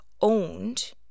owned